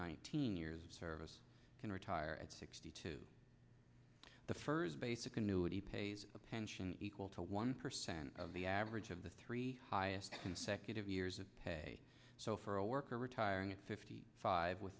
nineteen years of service can retire at sixty two the furze basic annuity pays a pension equal to one percent of the average of the three highest consecutive years of pay so for a worker retiring at fifty five